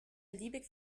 beliebig